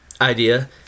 idea